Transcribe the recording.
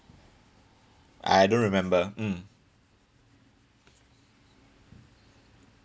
I don't remember mm